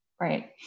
right